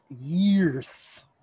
years